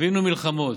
חווינו מלחמות,